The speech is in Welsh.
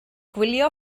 gwylio